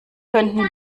könnten